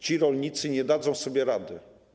Ci rolnicy nie dadzą sobie rady.